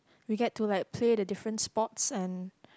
we get to like play the different sports and